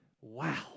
Wow